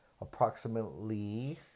approximately